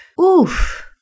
oof